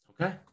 Okay